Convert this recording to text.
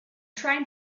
trying